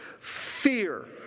fear